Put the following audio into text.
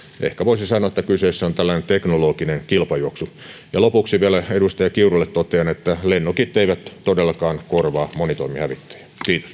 ehkä voisi sanoa että kyseessä on tällainen teknologinen kilpajuoksu ja lopuksi vielä edustaja kiurulle totean että lennokit eivät todellekaan korvaa monitoimihävittäjiä